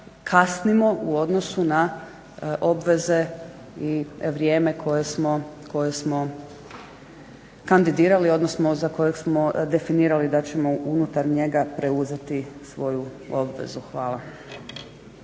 kasnimo u odnosu na obveze i vrijeme koje smo kandidirali, odnosno za kojeg smo definirali da ćemo unutar njega preuzeti svoju obvezu. Hvala.